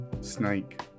Snake